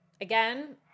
again